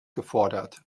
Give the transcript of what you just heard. gefordert